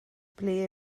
ble